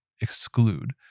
exclude